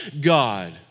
God